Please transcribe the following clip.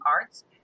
arts